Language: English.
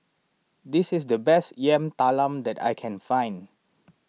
this is the best Yam Talam that I can find